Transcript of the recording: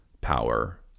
power